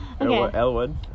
Elwood